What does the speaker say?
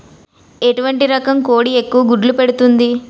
ఎటువంటి రకం కోడి ఎక్కువ గుడ్లు పెడుతోంది?